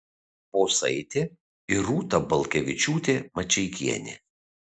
bosaitė ir rūta balkevičiūtė mačeikienė